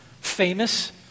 famous